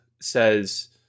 says